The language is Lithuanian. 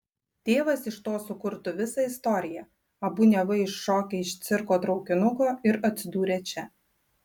tėvas iš to sukurtų visą istoriją abu neva iššokę iš cirko traukinuko ir atsidūrę čia